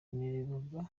kainerugaba